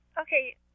okay